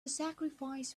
sacrifice